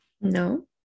no